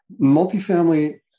multifamily